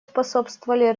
способствовали